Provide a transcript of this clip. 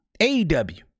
AEW